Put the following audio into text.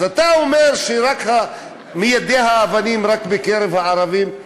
אז אתה אומר שמיידי האבנים הם רק בקרב הערבים?